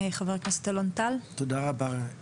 חבר הכנסת אלון טל, בבקשה.